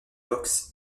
boxe